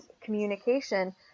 communication